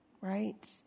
right